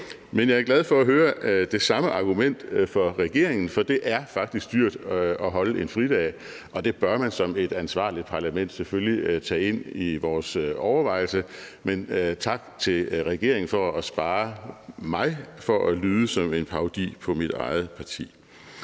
Men jeg er glad for at høre det samme argument fra regeringen, for det er faktisk dyrt at holde en fridag, og det bør vi som et ansvarligt parlament selvfølgelig tage ind i vores overvejelser. Men tak til regeringen for at spare mig for at lyde som en parodi på mit eget parti.